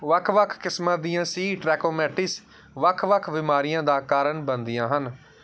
ਵੱਖ ਵੱਖ ਕਿਸਮਾਂ ਦੀਆਂ ਸੀ ਟ੍ਰੈਕੋਮੈਟਿਸ ਵੱਖ ਵੱਖ ਬਿਮਾਰੀਆਂ ਦਾ ਕਾਰਨ ਬਣਦੀਆਂ ਹਨ